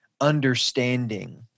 understanding